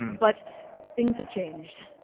but things have changed.